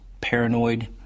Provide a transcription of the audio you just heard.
paranoid